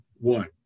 one